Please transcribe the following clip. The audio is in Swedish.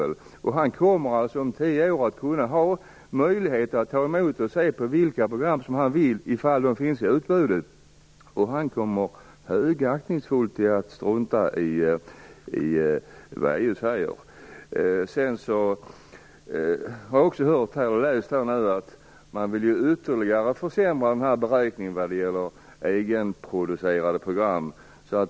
Om tio är kommer medborgarna att ha möjlighet att ta emot och se vilka program de vill, om de finns i utbudet. Den enskilde medborgaren kommer högaktningsfullt att strunta i vad EU säger. Jag har också hört och läst att man ytterligare vill försämra beräkningen när det gäller egenproducerade program.